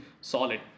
solid